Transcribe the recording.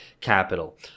capital